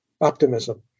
optimism